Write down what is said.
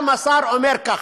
גם השר אומר ככה.